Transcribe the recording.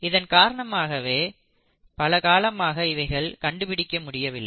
இதன் காரணமாகவே பலகாலமாக இவைகளை கண்டுபிடிக்க முடியவில்லை